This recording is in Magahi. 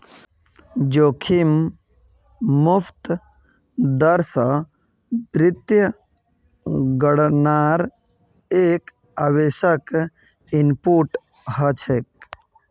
जोखिम मुक्त दर स वित्तीय गणनार एक आवश्यक इनपुट हछेक